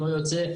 לא יוצא,